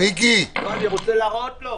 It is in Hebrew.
אני רוצה להראות לו.